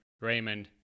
Raymond